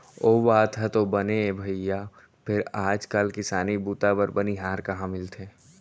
ओ बात ह तो बने हे भइया फेर आज काल किसानी बूता बर बनिहार कहॉं मिलथे?